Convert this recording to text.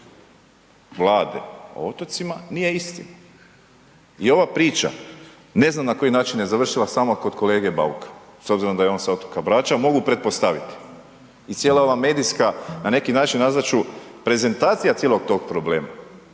Vlade o otocima nije istina. I ova priča, ne znam na koji način je završila samo kod kolege Bauka, s obzirom da je on sa otoka Brača, mogu pretpostaviti i cijela ova medijska na neki način, nazvat ću, prezentacija cijelog tog problema